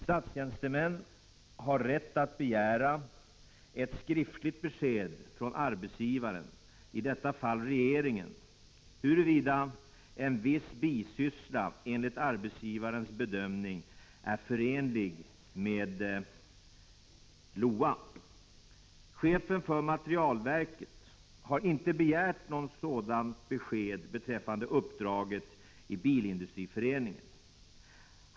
Statstjänstemän har rätt att begära ett skriftligt besked från arbetsgivaren — i detta fall regeringen — huruvida en viss bisyssla enligt arbetsgivarens bedömning är förenlig med LOA. Chefen för materielverket har inte begärt något sådant besked beträffande uppdraget i Bilindustriföreningen.